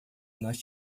nós